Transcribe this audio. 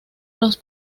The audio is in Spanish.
los